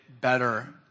better